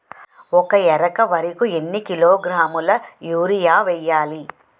ఒక ఎకర వరి కు ఎన్ని కిలోగ్రాముల యూరియా వెయ్యాలి?